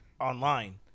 online